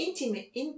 intimate